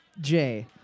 Jay